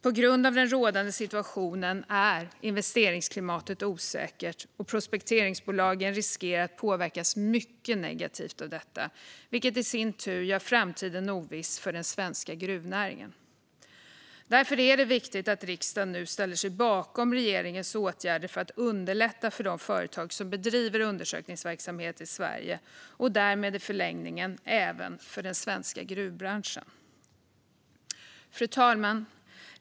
På grund av den rådande situationen är investeringsklimatet osäkert, och prospekteringsbolagen riskerar att påverkas mycket negativt av detta, vilket i sin tur gör framtiden oviss för den svenska gruvnäringen. Därför är det viktigt att riksdagen nu ställer sig bakom regeringens åtgärder för att underlätta för de företag som bedriver undersökningsverksamhet i Sverige och därmed i förlängningen även för den svenska gruvbranschen. Fru talman!